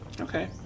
Okay